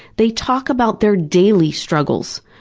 they talk about their daily struggles,